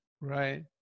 right